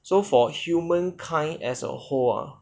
so for humankind as a whole ah